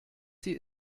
sie